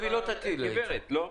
בשאלה של הגברת, לא?